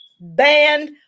band